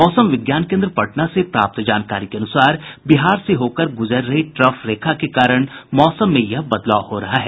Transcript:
मौसम विज्ञान केन्द्र पटना से प्राप्त जानकारी के अनुसार बिहार से होकर गुजर रही ट्रफ रेखा के कारण मौसम में यह बदलाव हो रहा है